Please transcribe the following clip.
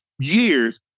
Years